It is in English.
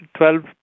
12